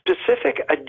specific